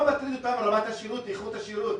לא מטריד אותם רמת השירות, איכות השירות.